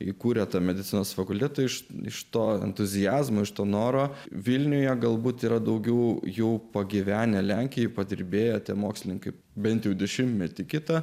įkūrė medicinos fakultetą iš to entuziazmo iš to noro vilniuje galbūt yra daugiau jau pagyvenę lenkijoje padirbėjote mokslininkai bent dešimtmetį kitą